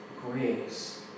Grace